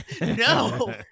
No